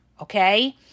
okay